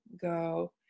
go